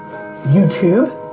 YouTube